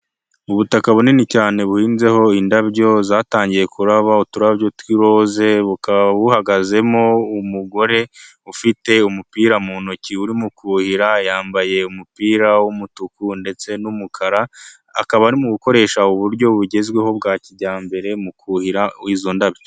Ubutaka bunini cyane buhinzeho indabyo, zatangiye kuraba uturabyo tw'iroze, buhagazemo umugore ufite umupira mu ntoki uri mu kuhira, yambaye umupira w'umutuku ndetse n'umukara akaba ari mu gukoresha uburyo bugezweho bwa kijyambere mu kuhira izo ndabyo.